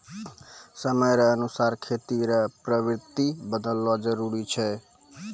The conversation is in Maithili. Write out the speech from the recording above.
समय रो अनुसार खेती रो पद्धति बदलना जरुरी छै